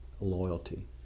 loyalty